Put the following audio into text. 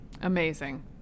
Amazing